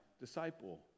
disciple